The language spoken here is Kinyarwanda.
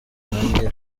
nanjye